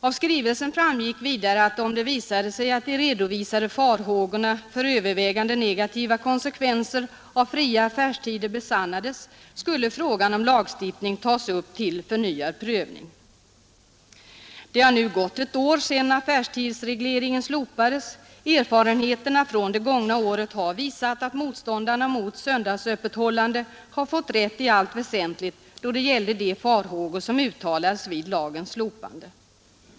I handelsministerns skrivelse sades vidare: ”Visar det sig att de ——— redovisade farhågorna för övervägande negativa konsekvenser av fria affärstider besannas, kommer frågan om lagstiftning att tas upp till förnyad prövning.” Det har nu gått ett år sedan affärstidsregleringen slopades. Erfarenheterna från det gångna året har visat att motståndarna mot söndagsöppethållande i allt väsentligt fått rätt i de farhågor som uttalades vid lagens slopande.